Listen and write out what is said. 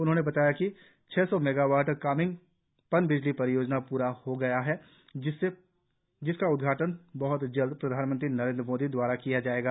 उन्होंने बताया कि छह सौ मेगावाट कामिंग पनबिजली परियोजना पूरी हो गई है जिसका उद्घाटन बह्त जल्द प्रधानमंत्री नरेन्द्र मोदी दवारा किया जाएगा